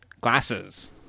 glasses